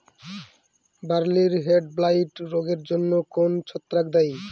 বার্লির হেডব্লাইট রোগের জন্য কোন ছত্রাক দায়ী?